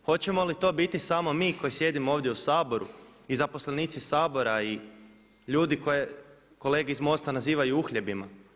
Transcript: Hoćemo li to biti samo mi koji sjedimo ovdje u Saboru i zaposlenici Sabora i ljudi koje kolege iz MOST-a nazivaju uhljebima?